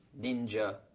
ninja